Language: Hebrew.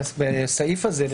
בסעיף הזה,